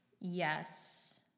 Yes